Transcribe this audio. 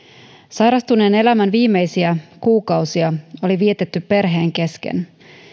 sairastuneen elämän viimeisiä kuukausia oli vietetty perheen kesken